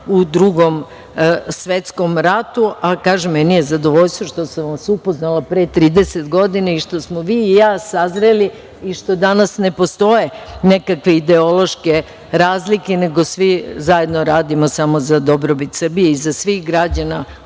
u Drugom svetskom ratu. Kažem, meni je zadovoljstvo što sam vas upoznala pre 30 godina i što smo vi i ja sazreli i što danas ne postoje nekakve ideološke razlike, nego svi zajedno radimo samo za dobrobit Srbije i za sve građane